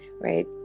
right